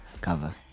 cover